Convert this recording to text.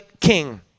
king